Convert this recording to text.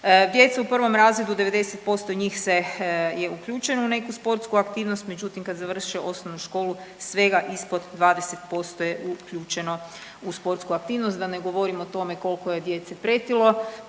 Djeca u prvom razredu 90% njih se je uključeno u neku sportsku aktivnost, međutim kad završe osnovnu školu svega ispod 20% je uključeno u sportsku aktivnost. Da ne govorim o tome koliko je djece pretilo